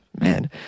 Man